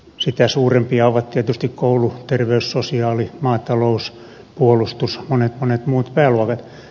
sitä suurempia ovat tietysti koulu terveys sosiaali maatalous puolustus ja monet monet muut pääluokat